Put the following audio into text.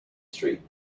street